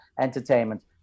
entertainment